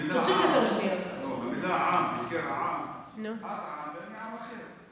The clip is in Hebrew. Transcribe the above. המילה "עם", "קרע בעם" את עם ואני עם אחר.